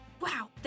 Wow